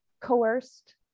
coerced